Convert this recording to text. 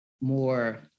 more